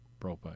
propane